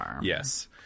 Yes